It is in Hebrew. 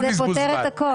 זה פותר את הכול.